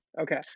Okay